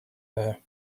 her